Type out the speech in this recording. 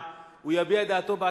שכנעת אותו, הוא, זה מספיק, באמת.